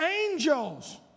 angels